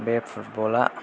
बे फुटबल आ